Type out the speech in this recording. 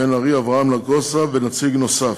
בן ארי, אברהם נגוסה ונציג נוסף,